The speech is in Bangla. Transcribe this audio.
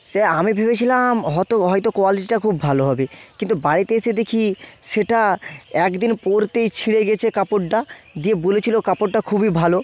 সে আমি ভেবেছিলাম হয়তো কোয়ালিটিটা খুব ভালো হবে কিন্তু বাড়িতে এসে দেখি সেটা একদিন পরতেই ছিঁড়ে গিয়েছে কাপড়টা দিয়ে বলেছিল কাপড়টা খুবই ভালো